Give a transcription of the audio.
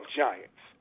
giants